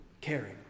caring